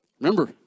Remember